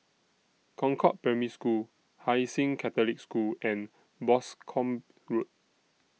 Concord Primary School Hai Sing Catholic School and Boscombe Road